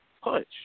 punch